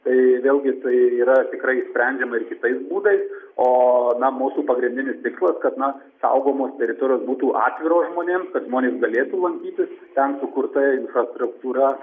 tai vėlgi tai yra tikrai išsprendžiama ir kitais būdais o na mūsų pagrindinis tikslas kad na saugomos teritorijos būtų atviros žmonėm kad žmonės galėtų lankytis ten sukurta infrastruktūra